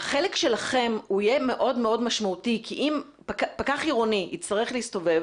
החלק שלכם יהיה מאוד משמעותי כי אם פקח עירוני יצטרך להסתובב